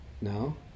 no